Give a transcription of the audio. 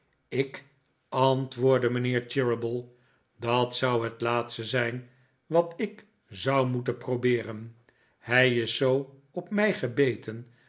ik antwoordde mijnheer cheeryble dat zou het laatste zijn wat ik zou moeten probeeren hij is zoo op mij gebeten